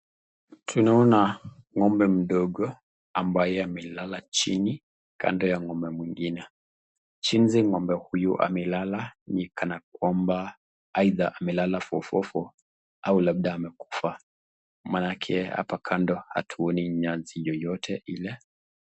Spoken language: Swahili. Tunaona ng'ombe mdogo ambaye amelala chini kando ya ng'ombe mwingine. Jinsi ng'ombe huyu amelala ni kana kwamba aidha amelala fofofo au labda amekufa maanake hapo kando hatuoni nyasi yoyote ile.